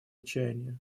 отчаяние